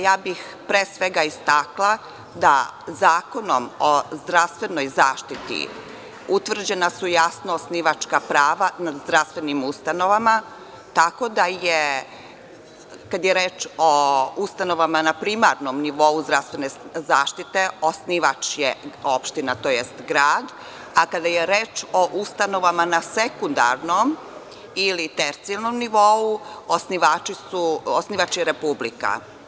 Ja bih pre svega istakla da Zakonom o zdravstvenoj zaštiti utvrđena su jasno osnivačka prava u zdravstvenim ustanovama, tako da je, kada je reč o ustanovama na primarnom nivou zdravstvene zaštite osnivač opština, tj. grad, a kada je reč o ustanovama na sekundarnom ili tercijalnom nivou osnivač je Republika.